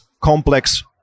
complex